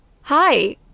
Hi